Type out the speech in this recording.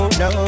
no